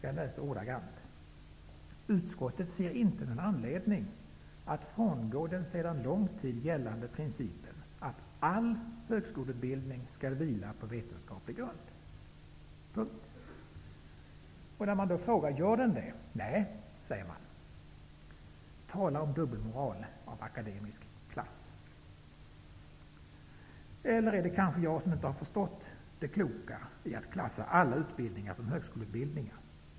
Jag läser ordagrant: Utskottet ser inte någon anledning att frångå den sedan lång tid gällande principen att all högskoleutbildning skall vila på vetenskaplig grund. När man då frågar: Gör den det?, får man nej till svar. Tala om dubbelmoral av akademisk klass! Eller är det kanske jag som inte har förstått det kloka i att klassa alla utbildningar som högskoleutbildningar?